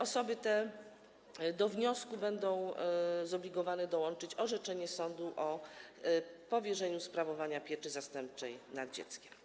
Osoby te do wniosku będą zobligowane dołączyć orzeczenie sądu o powierzeniu sprawowania pieczy zastępczej nad dzieckiem.